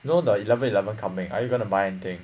you know the eleven eleven coming are you going to buy anything